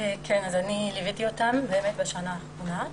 באמת ליוויתי אותן בשנה האחרונה.